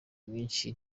mwinshi